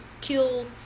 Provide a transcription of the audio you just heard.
Kill